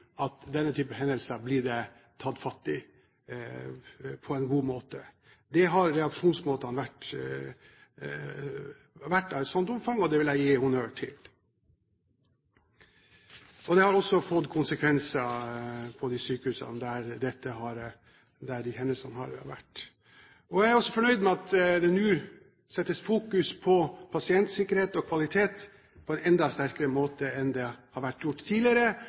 at denne typen hendelser blir det tatt fatt i på en god måte. At reaksjonsmåtene har hatt et sånt omfang, vil jeg gi honnør for. Det har også fått konsekvenser på de sykehusene der hendelsene har forekommet. Jeg er også fornøyd med at det nå fokuseres på pasientsikkerhet og kvalitet på en enda sterkere måte enn tidligere. Det